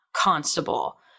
constable